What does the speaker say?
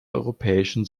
europäischen